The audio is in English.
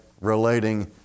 relating